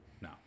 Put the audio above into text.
No